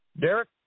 Derek